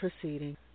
proceeding